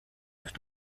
afite